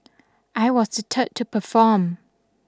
I was the third to perform